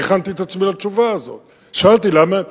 כשהכנתי את עצמי לתשובה הזאת שאלתי למה.